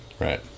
right